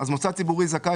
במוסד ציבורי זכאי